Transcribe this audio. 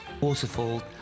waterfall